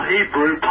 Hebrew